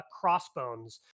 Crossbones